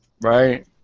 Right